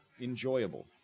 enjoyable